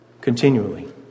continually